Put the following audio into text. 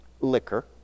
Liquor